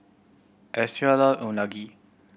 Austen love Unagi